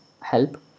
help